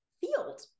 field